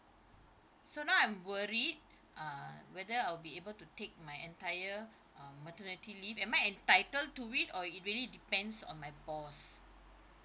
so now I'm worried uh whether I'll be able to take my entire uh maternity leave am I entitled to it or it really depends on my boss